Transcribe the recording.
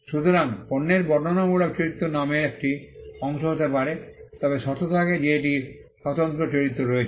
সুতরাং পণ্যের বর্ণনামূলক চরিত্র নামের একটি অংশ হতে পারে তবে শর্ত থাকে যে এটির একটি স্বতন্ত্র চরিত্র রয়েছে